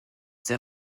sehr